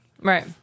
Right